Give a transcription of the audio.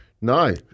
No